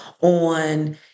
on